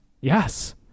Yes